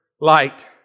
light